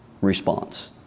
response